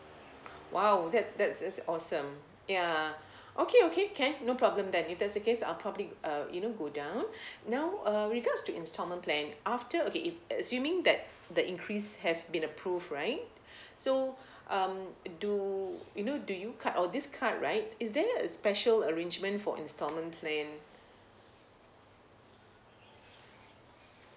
!wow! that that's that's awesome ya okay okay can no problem then if that's the case I'll probably uh you know go down now uh regards to installment plan after okay if assuming that the increase have been approved right so um do you know do you card all these card right is there a special arrangement for installment plan